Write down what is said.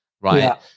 right